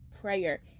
prayer